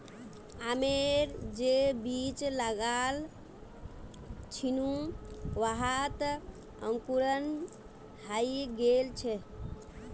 आमेर जे बीज लगाल छिनु वहात अंकुरण हइ गेल छ